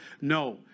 No